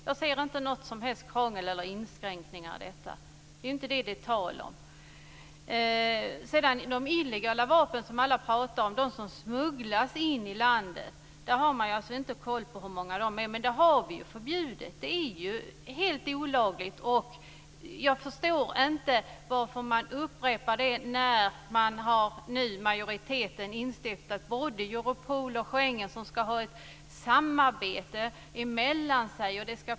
Jag ser således inget som helst krångel och inga inskränkningar i detta - det är inte det som det är tal om. Sedan gäller det de illegala vapen som alla pratar om, alltså vapen som smugglas in i landet. Man har inte koll på hur många det är fråga om men det har vi ju förbjudit; det är helt olagligt. Jag förstår inte varför det upprepas. Nu har ju en majoritet instiftat både Europol och Schengen som ska ha ett samarbete mellan sig.